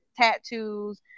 tattoos